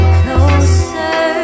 closer